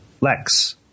Lex